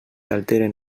alteren